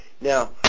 Now